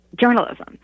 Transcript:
journalism